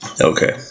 Okay